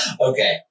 Okay